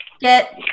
get